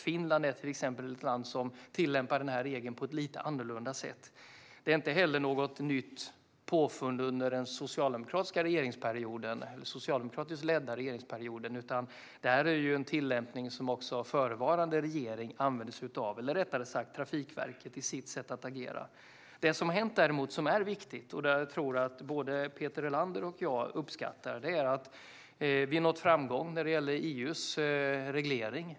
Finland är till exempel ett land som tillämpar regeln på ett lite annorlunda sätt. Detta är inte heller något nytt påfund under den socialdemokratiskt ledda regeringsperioden, utan det är en tillämpning som också föregående regering använde sig av, eller rättare sagt: Trafikverket gjorde det i sitt sätt att agera. Det har däremot hänt något som är viktigt och som jag tror att både Peter Helander och jag uppskattar. Vi har nått framgång när det gäller EU:s reglering.